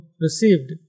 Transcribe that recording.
received